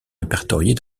répertoriés